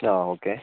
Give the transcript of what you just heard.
ആ ഓക്കെ